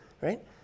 right